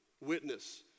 witness